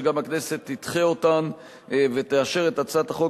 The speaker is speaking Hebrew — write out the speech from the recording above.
שגם הכנסת תדחה אותן ותאשר את הצעת החוק